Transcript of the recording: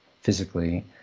physically